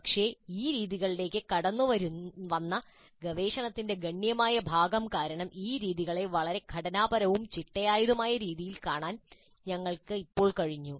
പക്ഷേ ഈ രീതികളിലേക്ക് കടന്നുവന്ന ഗവേഷണത്തിന്റെ ഗണ്യമായ ഭാഗം കാരണം ഈ രീതികളെ വളരെ ഘടനാപരവും ചിട്ടയായതുമായ രീതിയിൽ കാണാൻ ഞങ്ങൾക്ക് ഇപ്പോൾ കഴിഞ്ഞു